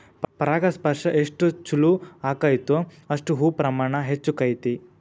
ಪರಾಗಸ್ಪರ್ಶ ಎಷ್ಟ ಚುಲೋ ಅಗೈತೋ ಅಷ್ಟ ಹೂ ಪ್ರಮಾಣ ಹೆಚ್ಚಕೈತಿ